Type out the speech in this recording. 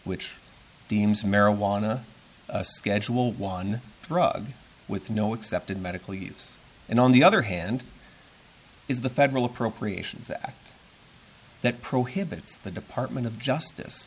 which deems marijuana a schedule one drug with no accepted medical use and on the other hand is the federal appropriations act that prohibits the department of justice